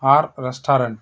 or restaurant